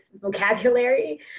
vocabulary